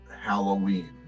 halloween